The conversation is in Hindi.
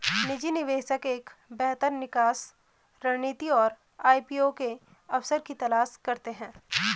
निजी निवेशक एक बेहतर निकास रणनीति और आई.पी.ओ के अवसर की तलाश करते हैं